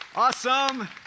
Awesome